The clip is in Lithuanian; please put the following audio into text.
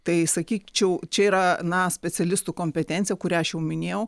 tai sakyčiau čia yra na specialistų kompetencija kurią aš jau minėjau